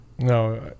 no